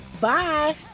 Bye